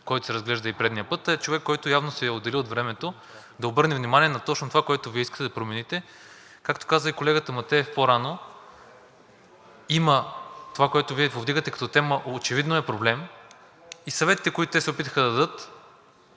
който се разглежда и предния път, а е човек, който явно си е отделил от времето, за да обърне внимание на точно това, което Вие искате да промените. Както каза и колегата Матеев по-рано, това, което Вие повдигате като тема, очевидно е проблем и съветите, които те се опитаха да дадат,